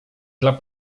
dla